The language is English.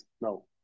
no